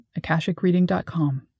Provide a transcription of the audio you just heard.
akashicreading.com